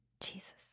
jesus